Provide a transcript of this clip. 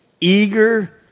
eager